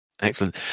Excellent